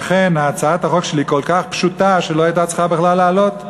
לכן הצעת החוק שלי היא כל כך פשוטה ולא הייתה צריכה בכלל לעלות.